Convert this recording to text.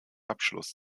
abschluss